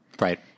Right